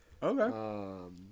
Okay